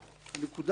שנית,